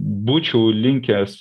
būčiau linkęs